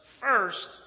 first